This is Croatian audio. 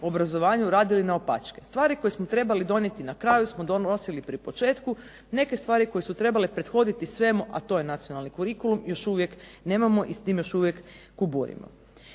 u obrazovanju radili naopačke. Stvari koje smo trebali donijeti na kraju smo donosili pri početku. Neke stvari koje su trebale prethoditi svemu, a to je Nacionalni curicullum još uvijek nemamo i s tim još uvijek kuburimo.